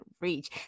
reach